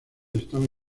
estaba